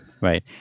Right